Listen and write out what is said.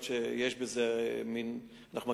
כמי שהתעסק בזה גם בתחום שהתעסקתי בו קודם,